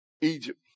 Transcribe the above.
Egypt